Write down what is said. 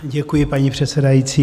Děkuji, paní předsedající.